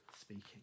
speaking